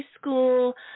school